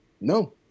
No